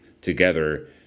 together